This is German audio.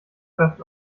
theft